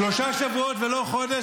שלושה שבועות ולא חודש,